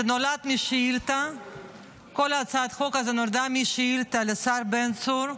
כל הצעת החוק הזאת נולדה משאילתה לשר בן צור,